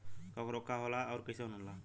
कवक रोग का होला अउर कईसन होला?